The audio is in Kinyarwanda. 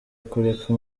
kureka